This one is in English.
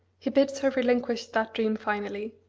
he bids her relinquish that dream finally.